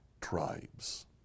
tribes